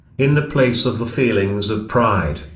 in the place of the feelings of pride,